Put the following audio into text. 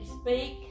speak